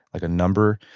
like a number.